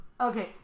Okay